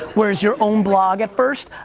whereas your own blog at first,